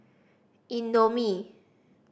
indomie